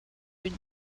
fut